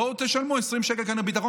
בואו תשלמו 20 שקל לביטחון.